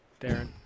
Darren